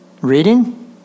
reading